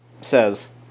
Says